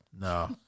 No